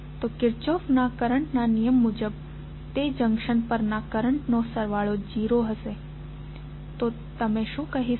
તો કિર્ચહોફના કરંટના નિયમ મુજબ તે જંકશન પરના કરંટ નો સરવાળો 0 હશે તો તમે શું કહી શકો